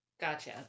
Gotcha